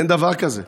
אין דבר כזה.